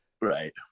Right